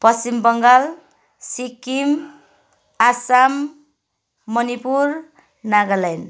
Paschim Bangal Sikkim Assam Manipur Nagaland